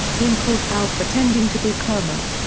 tim calls al pretending to be kermit.